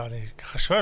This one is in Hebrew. אני שואל.